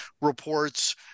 reports